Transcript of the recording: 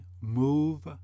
move